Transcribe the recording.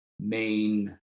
main